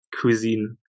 cuisine